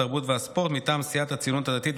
התרבות והספורט: מטעם סיעת הציונות הדתית,